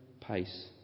pace